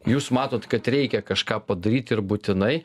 jūs matot kad reikia kažką padaryti ir būtinai